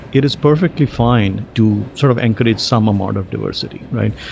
it is perfectly fine to sort of anchorage some amount of diversity, right?